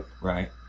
Right